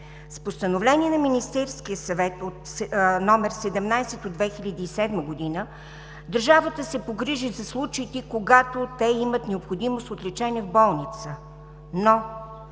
С Постановление на Министерския съвет № 17 от 2007 г. държавата се погрижи за случаите, когато те имат необходимост от лечение в болница, но